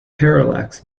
parallax